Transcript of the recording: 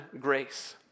grace